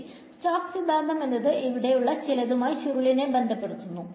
ശെരി സ്റ്റോക്സ് സിദ്ധാന്തം എന്നത് ഇവിടെ ഉള്ള ചിലതുമായി ചുരുളിനെ ബന്ധപ്പെടുത്തുന്നു